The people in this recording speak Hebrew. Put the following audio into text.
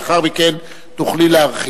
לאחר מכן תוכלי להרחיב.